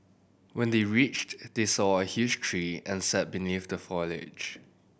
when they reached they saw a huge tree and sat beneath the foliage